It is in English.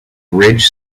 ridge